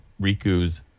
Riku's